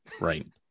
Right